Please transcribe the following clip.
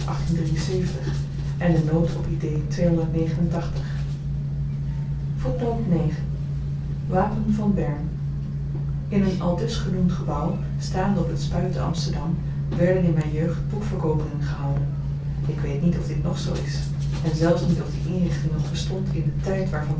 en de noot op idee wapen van bern in een aldus genoemd gebouw staande op t spui te amsterdam werden in myn jeugd boekverkoopingen gehouden ik weet niet of dit nog zoo is en zelfs niet of die inrichting nog bestond in den tyd waarvan